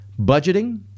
budgeting